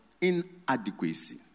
inadequacy